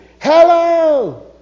hello